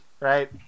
right